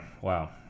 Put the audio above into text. Wow